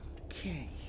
Okay